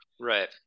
right